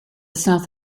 south